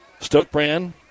Stokebrand